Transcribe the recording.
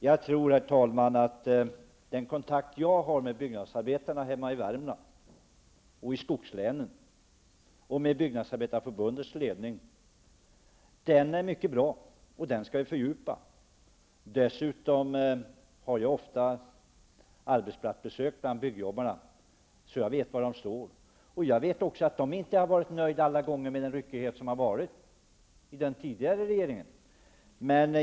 Jag tror, herr talman, att den kontakt jag har med byggnadsarbetarna hemma i Värmland och de andra skogslänen och med Byggnadsarbetareförbundets ledning är mycket bra, och den skall vi fördjupa. Jag gör ofta arbetsplatsbesök bland byggjobbarna, så jag vet var de står. Jag vet också att byggnadsarbetarna inte alla gånger har varit nöjda med den ryckighet som har varit i den tidigare regeringens handläggning av politiken.